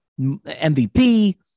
MVP